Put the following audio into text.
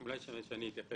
חשוב לומר